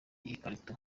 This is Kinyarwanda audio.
ikarito